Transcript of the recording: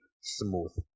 smooth